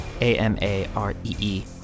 A-M-A-R-E-E